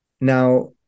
Now